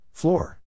Floor